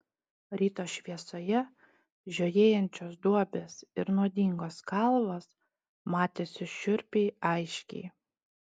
ryto šviesoje žiojėjančios duobės ir nuodingos kalvos matėsi šiurpiai aiškiai